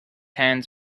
hands